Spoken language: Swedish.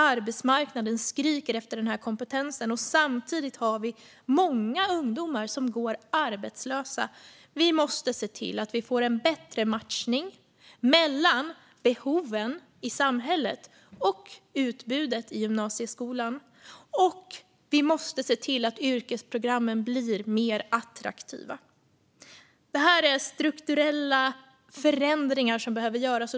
Arbetsmarknaden skriker efter den kompetensen, och samtidigt har vi många ungdomar som går arbetslösa. Vi måste se till att få en bättre matchning mellan behoven i samhället och utbudet i gymnasieskolan. Och vi måste se till att yrkesprogrammen blir mer attraktiva. Detta är strukturella förändringar som behöver göras.